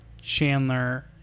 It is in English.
Chandler